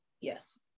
yes